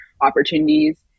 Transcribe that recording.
opportunities